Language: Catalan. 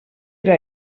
era